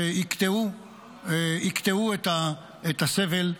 שיקטעו את הסבל.